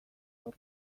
gaur